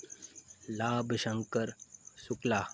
Labhshankar Shukla